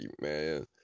man